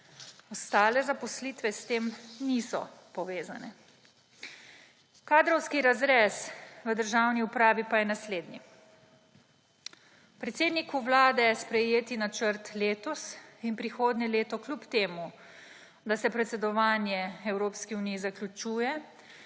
Ostale zaposlitve s tem niso povezane. Kadrovski razrez v državni upravi pa je naslednji. Predsedniku Vlade sprejeti načrt letos in prihodnje leto, kljub temu da se predsedovanje Evropski uniji zaključuje,